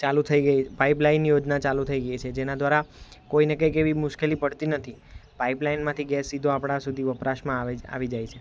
ચાલુ થઈ ગઈ પાઈપલાઈન યોજના ચાલુ થઈ ગઈ છે જેના ધ્વારા કોઈને કઈ એવી મુશ્કેલી પડતી નથી પાઈપલાઈનમાંથી ગેસ સીધો આપણા સુધી વપરાશમાં આવે આવી જાય છે